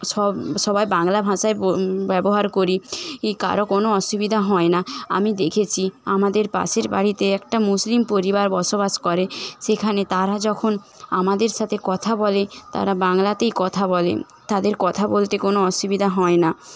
সব সবাই বাংলা ভাষাই ব্যবহার করি কারো কোনো অসুবিধা হয় না আমি দেখেছি আমাদের পাশের বাড়িতে একটা মুসলিম পরিবার বসবাস করে সেখানে তারা যখন আমাদের সাথে কথা বলে তারা বাংলাতেই কথা বলে তাদের কথা বলতে কোনো অসুবিধা হয় না